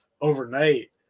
overnight